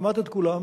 כמעט את כולם,